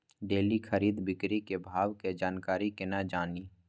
Daily खरीद बिक्री के भाव के जानकारी केना जानी?